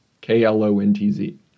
K-L-O-N-T-Z